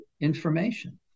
information